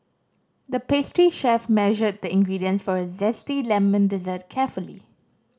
the pastry chef measured the ingredients for a zesty lemon dessert carefully